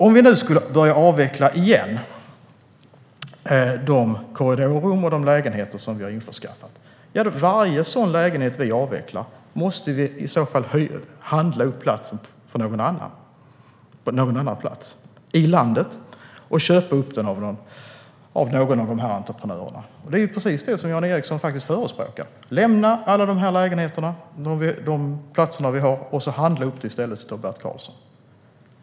Om vi nu skulle börja avveckla de korridorrum och lägenheter som vi har införskaffat måste vi handla upp boendeplatser på någon annan plats i landet och köpa upp dem av någon av de här entreprenörerna. Och det är precis det som Jan Ericson faktiskt förespråkar, att vi ska lämna de platser vi har och i stället handla upp platser av Bert Karlsson.